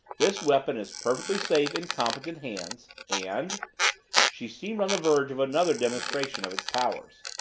this weapon is perfectly safe in competent hands and she seemed on the verge of another demonstration of its powers.